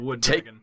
take